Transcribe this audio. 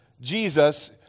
Jesus